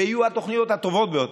ויהיו התוכניות הטובות ביותר,